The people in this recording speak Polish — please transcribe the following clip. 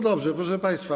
Dobrze, proszę państwa.